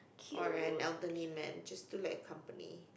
or an elderly man just do like company